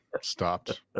stopped